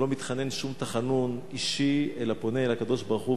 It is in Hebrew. הוא לא מתחנן שום תחנון אישי אלא פונה אל הקדוש-ברוך-הוא